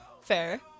Fair